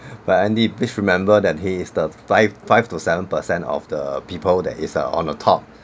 but andy please remember that here is the five five to seven percent of the people that is uh on the top